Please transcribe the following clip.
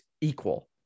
equal